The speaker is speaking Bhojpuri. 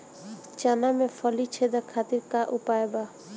चना में फली छेदक खातिर का उपाय बा?